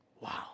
Wow